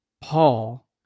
Paul